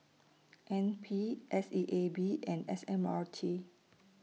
N P S E A B and S M R T